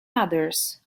others